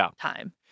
time